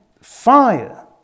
fire